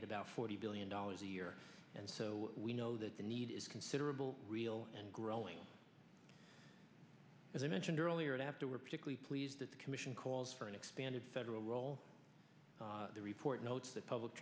at about forty billion dollars a year and so we know that the need is considerable real and growing as i mentioned earlier after we're particularly pleased that the commission calls for an expanded federal role the report notes that public